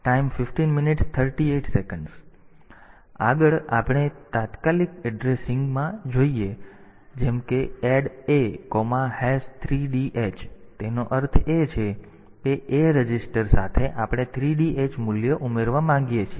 આગળ આપણે તાત્કાલિક એડ્રેસિંગમાં જોઈએ છીએ જેમ કે ADD A3dh તેનો અર્થ એ કે A રજિસ્ટર સાથે આપણે 3dh મૂલ્ય ઉમેરવા માંગીએ છીએ